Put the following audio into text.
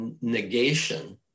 negation